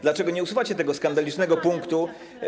Dlaczego nie usuwacie tego skandalicznego punktu.